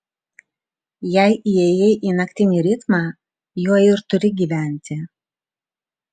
jei įėjai į naktinį ritmą juo ir turi gyventi